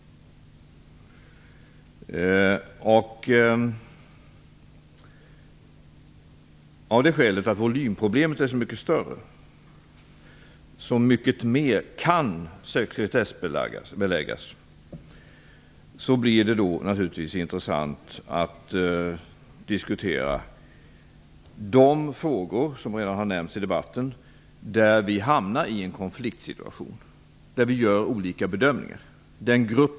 Av det skälet att volymproblemet är så mycket större - så mycket mer kan sekretessbeläggas - blir det naturligtvis intressant att diskutera den grupp av ärenden som redan har nämnts i debatten, där vi hamnar i en konfliktsituation, där vi gör olika bedömningar.